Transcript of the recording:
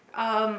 um